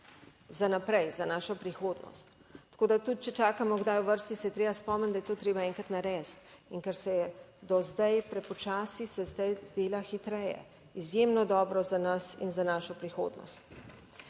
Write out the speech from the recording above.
za naprej, za našo prihodnost. Tako da tudi, če čakamo kdaj v vrsti, se je treba spomniti, da je to treba enkrat narediti in ker se je do zdaj prepočasi, se zdaj dela hitreje, izjemno dobro za nas in za našo prihodnost.